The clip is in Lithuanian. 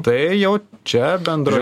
tai jau čia bendrai